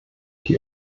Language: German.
die